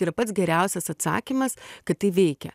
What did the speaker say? tai yra pats geriausias atsakymas kad tai veikia